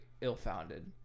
ill-founded